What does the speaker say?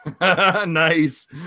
Nice